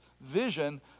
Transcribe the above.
vision